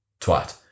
twat